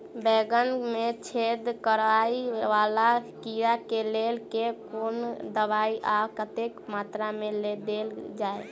बैंगन मे छेद कराए वला कीड़ा केँ लेल केँ कुन दवाई आ कतेक मात्रा मे देल जाए?